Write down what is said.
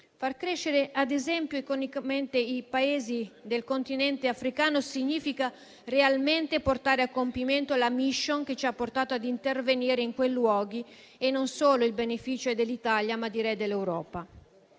Far crescere economicamente, ad esempio, i Paesi del continente africano significa realmente portare a compimento la *mission* che ci ha portato ad intervenire in quei luoghi, non solo a beneficio dell'Italia, ma direi dell'Europa.